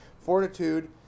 fortitude